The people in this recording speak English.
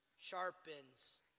Sharpens